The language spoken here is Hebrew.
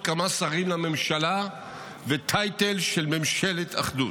כמה שרים לממשלה ובתואר של ממשלת אחדות.